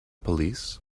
police